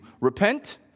Repent